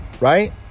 Right